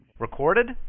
Recorded